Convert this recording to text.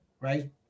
right